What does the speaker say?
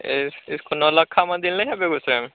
इस इसको नौलक्खा मंदिर नहीं है बेगुसराय में